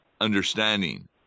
understanding